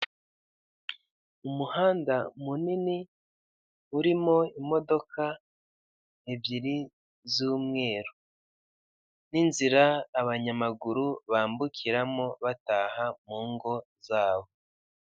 Umuhanda munini Urimo imodoka ibyeri z'umweru, n'inzira abanyamaguru bambukiramo bataha mungo zabo.